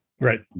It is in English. Right